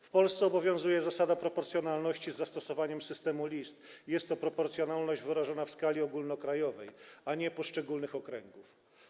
W Polsce obowiązuje zasada proporcjonalności z zastosowaniem systemu list i jest to proporcjonalność wyrażona w skali ogólnokrajowej, a nie poszczególnych okręgów.